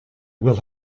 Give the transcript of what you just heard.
will